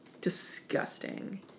disgusting